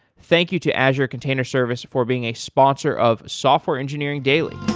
thank you to azure container service for being a sponsor of software engineering daily.